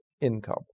Income